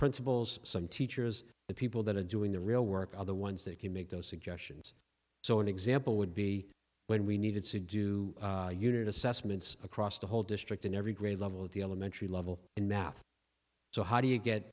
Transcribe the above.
principals some teachers the people that are doing the real work are the ones that can make those suggestions so an example would be when we needed see do unit assessments across the whole district in every grade level at the elementary level in math so how do you get